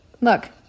Look